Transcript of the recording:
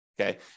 Okay